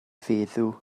feddw